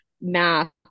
math